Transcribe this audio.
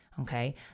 Okay